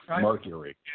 Mercury